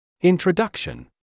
Introduction